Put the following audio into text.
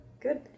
good